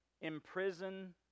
imprison